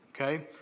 Okay